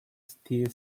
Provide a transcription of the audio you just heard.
still